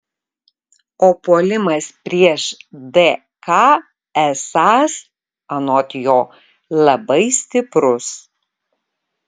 o puolimas prieš dk esąs anot jo labai stiprus